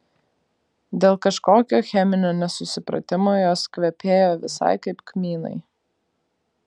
dėl kažkokio cheminio nesusipratimo jos kvepėjo visai kaip kmynai